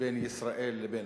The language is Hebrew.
בין ישראל לבין